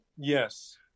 Yes